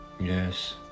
Yes